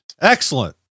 Excellent